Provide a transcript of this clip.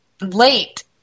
late